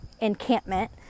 encampment